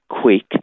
quick